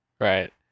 Right